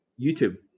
YouTube